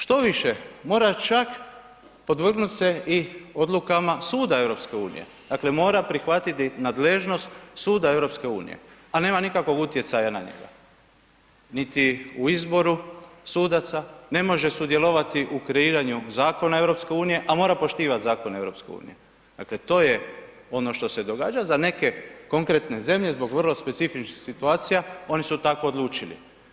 Štoviše, mora čak podvrgnut se i odlukama suda EU-a dakle mora prihvatiti nadležnost suda EU-a a nema nikakvog utjecaja na njega niti u izboru sudaca, ne može sudjelovati u kreiranju zakona EU-a a mora poštivati zakone EU-a, dakle ono što se događa za neke konkretne zemlje zbog vrlo specifičnih situacija, oni su tako odlučili.